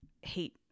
hate